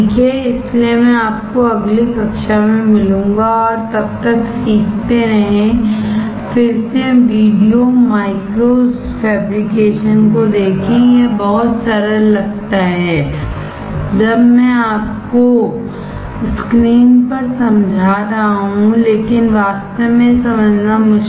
इसलिए मैं आपको अगली कक्षा में मिलूंगा और तब तक सीखते रहें फिर से वीडियो माइक्रो फैब्रिकेशन को देखें यह बहुत सरल लगता है जब मैं आपको स्क्रीन पर समझा रहा हूं लेकिन वास्तव में यह समझना मुश्किल है